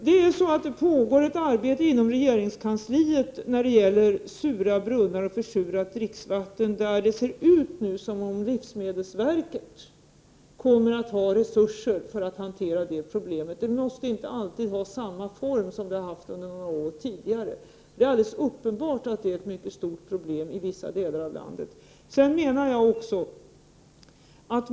Inom regeringskansliet pågår ett arbete när det gäller sura brunnar och försurat dricksvatten, och det ser ut som om livsmedelsverket kommer att få resurser för att hantera detta problem. Detta arbete måste inte alltid ha samma form som de har haft under några år tidigare. Det är alldeles uppenbart att detta problem är mycket stort i vissa delar av landet.